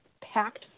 packed